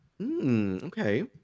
Okay